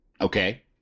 Okay